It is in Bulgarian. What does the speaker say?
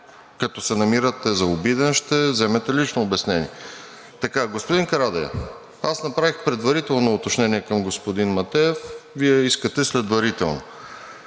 като се намирате за обиден, ще вземете лично обяснение. Господин Карадайъ, аз направих предварително уточнение към господин Матеев, Вие искате следварително?